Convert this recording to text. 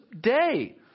day